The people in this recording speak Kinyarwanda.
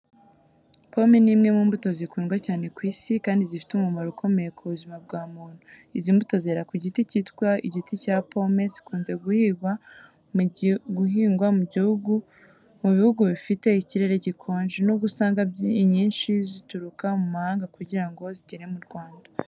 Pome ni imwe mu mbuto zikundwa cyane ku isi, kandi zifite umumaro ukomeye ku buzima bwa muntu. Izi mbuto zera ku giti kitwa igiti cya pome gikunze guhingwa mu bihugu bifite ikirere gikonje. Nubwo usanga inyinshi zituruka mu mahanga kugira ngo zigere mu Rwanda.